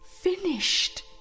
finished